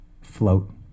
float